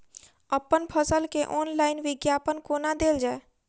अप्पन फसल केँ ऑनलाइन विज्ञापन कोना देल जाए?